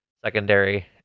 secondary